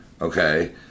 okay